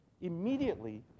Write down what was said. immediately